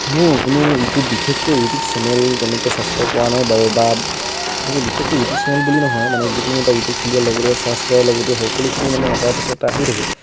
মোৰ কোনো ইউটিউব বিশেষকৈ ইউটিউব চেনেল তেনেকৈ ছাবস্ক্ৰাইব কৰা নাই বাৰু বা তেনেকৈ বিশেষকৈ ইউটিউব চেনেল বুলি নহয় মানে যিকোনো এটা ইউটিউব খুলি দিয়াৰ লগে লগে ছাৰ্চ কৰাৰ লগতে সকলোখিনি মানে এটাৰ পিছত এটা আহি থাকে